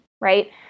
right